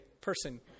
person